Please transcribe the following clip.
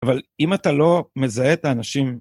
אבל אם אתה לא מזהה את האנשים...